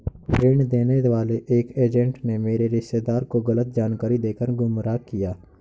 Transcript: ऋण देने वाले एक एजेंट ने मेरे रिश्तेदार को गलत जानकारी देकर गुमराह किया